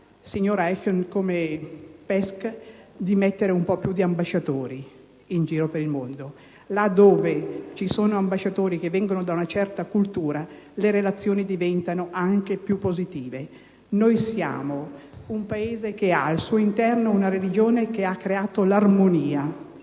estera comune, di mettere un po' più di ambasciatori in giro per il mondo. Infatti, là dove ci sono ambasciatori che vengono da una certa cultura le relazioni diventano anche più positive. Siamo un Paese che ha al suo interno una religione che ha creato l'armonia: